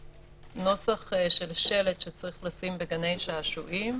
הנוסח של שלט שצריך לשים בגני שעשועים.